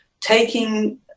taking